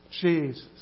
Jesus